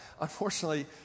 unfortunately